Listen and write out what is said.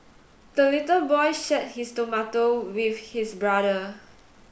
the little boy shared his tomato with his brother